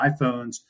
iPhones